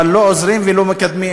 אבל שלא עוזרים ולא מקדמים.